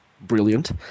brilliant